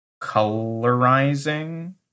colorizing